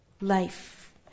Life